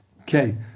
Okay